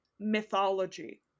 mythology